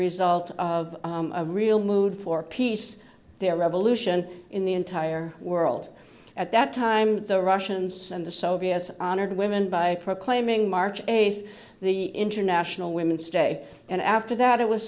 result of a real mood for peace there revolution in the entire world at that time the russians and the soviets honored women by proclaiming march eighth the international women's day and after that it was